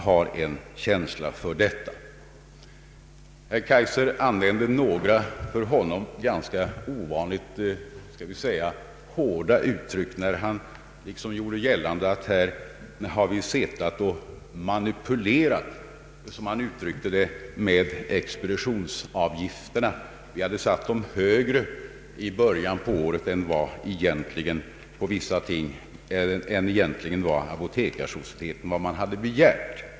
Herr Kaijser använde några för honom ovanligt hårda uttryck när han gjorde gällande att vi har manipulerat, som han uttryckte sig, med expeditionsavgifterna; vi hade satt dem högre i början på året än vad apotekarsocieteten begärt, menade han.